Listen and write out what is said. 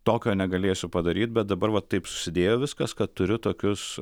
tokio negalėsiu padaryt bet dabar va taip susidėjo viskas ką turiu tokius